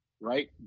Right